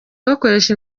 bakoresha